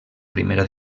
primera